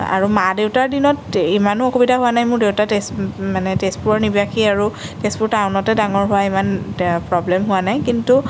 আৰু মা দেউতাৰ দিনত ইমানো অসুবিধা হোৱা নাই মোৰ দেউতা তেজ মানে তেজপুৰৰ নিবাসী আৰু তেজপুৰ টাউনতে ডাঙৰ হোৱা ইমান প্ৰব্লেম হোৱা নাই কিন্তু